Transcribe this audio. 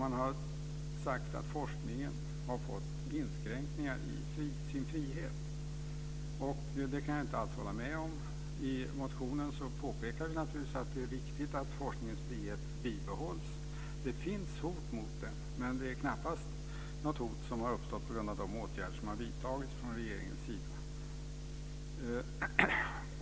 Man har sagt att forskningen har fått inskränkningar i sin frihet. Det kan jag inte alls hålla med om. I motionen påpekar vi naturligtvis att det är viktigt att forskningens frihet bibehålls. Det finns hot mot den. Men det är knappast hot som har uppstått på grund av de åtgärder som har vidtagits från regeringens sida.